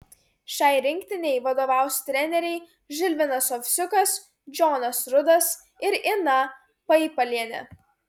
šiai rinktinei vadovaus treneriai žilvinas ovsiukas džonas rudas ir ina paipalienė